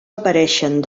apareixen